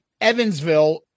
Evansville